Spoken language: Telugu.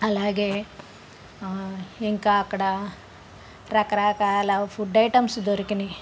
అలాగే ఇంకా అక్కడ రకరకాల ఫుడ్ ఐటమ్స్ దొరికినాయి